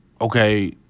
okay